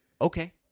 Okay